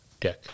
deck